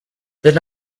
then